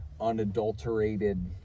unadulterated